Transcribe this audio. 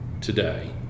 today